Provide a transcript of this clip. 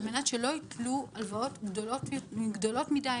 כדי שלא ייטלו הלוואות גדולות מדי,